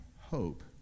hope